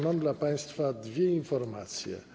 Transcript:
Mam dla państwa dwie informacje.